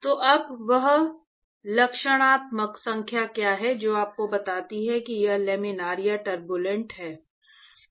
तो अब वह लक्षणात्मक संख्या क्या है जो आपको बताती है कि यह लामिना या टर्बूलेंट हैं